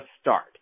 start